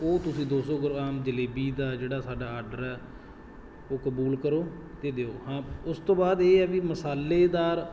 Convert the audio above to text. ਉਹ ਤੁਸੀਂ ਦੋ ਸੌ ਗ੍ਰਾਮ ਜਲੇਬੀ ਦਾ ਜਿਹੜਾ ਸਾਡਾ ਆਰਡਰ ਹੈ ਉਹ ਕਬੂਲ ਕਰੋ ਅਤੇ ਦਿਓ ਹਾਂ ਉਸ ਤੋਂ ਬਾਅਦ ਇਹ ਹੈ ਵੀ ਮਸਾਲੇਦਾਰ